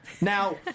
Now